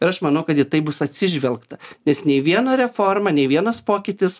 ir aš manau kad į tai bus atsižvelgta nes nei viena reforma nei vienas pokytis